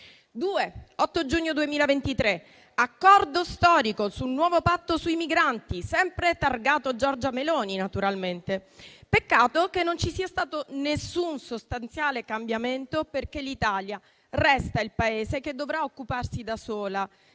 L'8 giugno 2023 c'è l'accordo storico sul nuovo patto sui migranti, sempre targato Giorgia Meloni, naturalmente. Peccato che non ci sia stato alcun sostanziale cambiamento perché l'Italia resta il Paese che dovrà occuparsi da solo